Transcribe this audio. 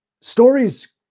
stories